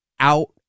Out